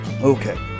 Okay